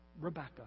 rebecca